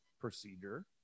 procedure